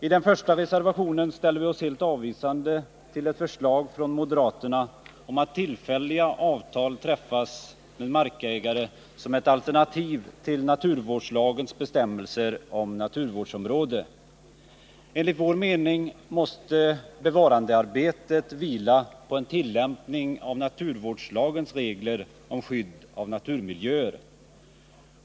I den första reservationen ställer vi oss helt avvisande till ett förslag från moderaterna om att tillfälliga avtal träffas med markägare som ett alternativ till naturvårdslagens bestämmelser om naturvårdsområde. Enligt vår mening måste bevarandearbetet vila på en tillämpning av naturvårdslagens regler om skydd av naturmiljöer.